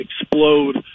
explode